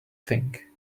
think